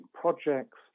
projects